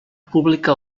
pública